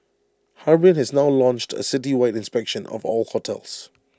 Harbin has now launched A citywide inspection of all hotels